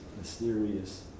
mysterious